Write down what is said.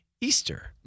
Easter